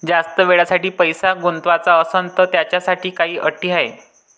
जास्त वेळेसाठी पैसा गुंतवाचा असनं त त्याच्यासाठी काही अटी हाय?